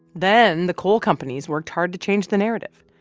then the coal companies worked hard to change the narrative.